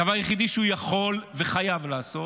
הדבר היחידי שהוא יכול וחייב לעשות